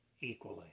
equally